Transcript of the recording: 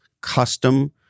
custom